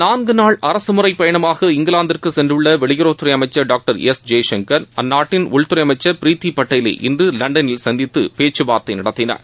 நான்கு நாள் அரசுமுறைப் பயணமாக இங்கிலாந்திற்கு சென்றுள்ள வெளியுறவுத்துறை அமைச்சர் டாக்டர் எஸ் ஜெய்சங்கர் அந்நாட்டின் உள்துறை அமைச்சர் பிரித்தி பட்டேலை இன்று லண்டனில் சந்தித்துப் பேச்சுவார்த்தை நடத்தினார்